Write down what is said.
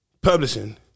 Publishing